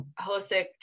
holistic